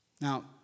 Now